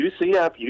UCF